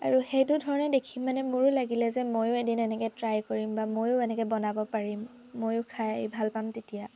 আৰু সেইটো ধৰণে দেখি মানে মোৰ লাগিলে যে মইয়ো এদিন এনেকৈ ট্ৰাই কৰিম বা মইয়ো এনেকৈ বনাব পাৰিম মইয়ো খাই ভাল পাম তেতিয়া